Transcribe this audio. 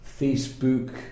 Facebook